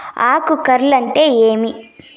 ఆకు కార్ల్ అంటే ఏమి?